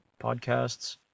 podcasts